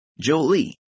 Jolie